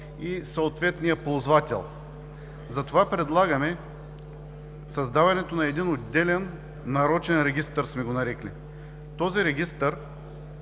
и съответния ползвател. Затова предлагаме създаването на един отделен – „Нарочен регистър” сме го нарекли. Този Регистър